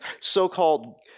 so-called